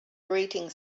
grating